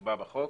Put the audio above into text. שנקבע בחוק,